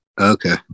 Okay